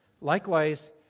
Likewise